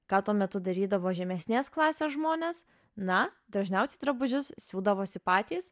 ką tuo metu darydavo žemesnės klasės žmonės na dažniausiai drabužius siūdavosi patys